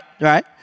right